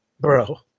Bro